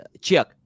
check